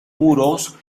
muros